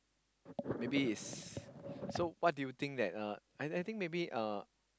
maybe is so what do you think that uh I I think maybe uh